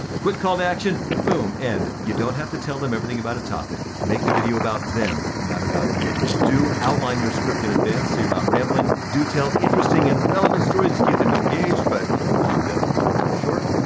quick call to action, boom. and you don't have to tell them everything about a topic. make the video about them, not about you. do outline your script in advance so you're not rambling. do tell interesting and relevant stories to keep them engaged, but keep them short.